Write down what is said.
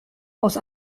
aus